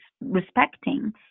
respecting